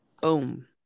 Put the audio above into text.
Boom